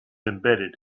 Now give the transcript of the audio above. embedded